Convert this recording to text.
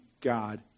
God